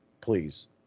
Please